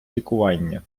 лікування